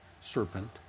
Serpent